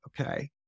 Okay